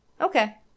Okay